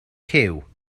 cyw